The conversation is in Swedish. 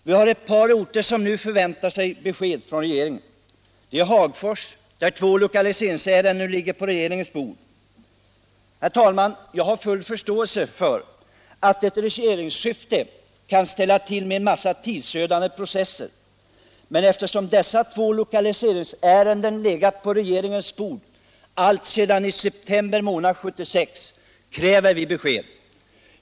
Vi har ett par orter som nu förväntar sig besked från regeringen. Det gäller bl.a. Hagfors, varifrån två lokaliseringsärenden nu ligger på regeringens bord. Herr talman! Jag har full förståelse för att ett regeringsskifte kan ställa till med en massa tidsödande processer, men eftersom dessa två lokaliseringsärenden legat på regeringens bord alltsedan september månad 1976 kräver vi besked.